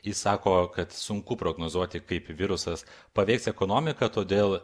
jis sako kad sunku prognozuoti kaip virusas paveiks ekonomiką todėl